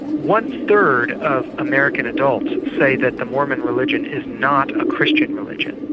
one third of american adults say that the mormon religion is not a christian religion,